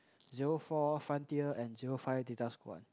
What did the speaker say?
zero four Frontier and zero five Data Squad